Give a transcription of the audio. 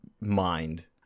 mind